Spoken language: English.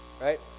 right